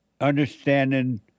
understanding